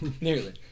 nearly